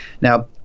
Now